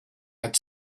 had